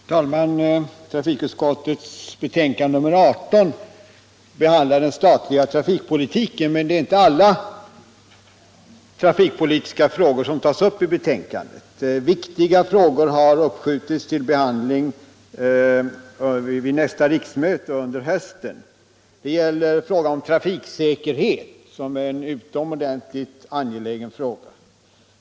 Herr talman! Trafikutskottets betänkande nr 18 behandlar den statliga trafikpolitiken. Men det är inte alla trafikpolitiska problem som tas upp i betänkandet — viktiga frågor har uppskjutits till behandling av nästa riksmöte, under hösten. Det gäller frågan om trafiksäkerhet, som är utom ordentligt angelägen.